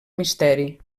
misteri